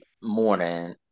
morning